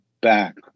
back